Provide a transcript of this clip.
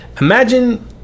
imagine